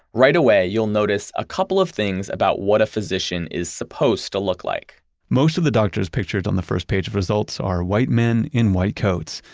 right away you'll notice a couple of things about what a physician is supposed to look like most of the doctor's pictures on the first page of results are white men in white coats.